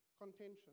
contention